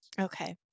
Okay